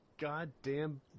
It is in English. goddamn